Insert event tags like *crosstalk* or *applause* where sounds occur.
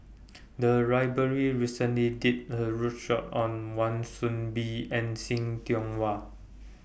*noise* The Library recently did A roadshow on Wan Soon Bee and See Tiong Wah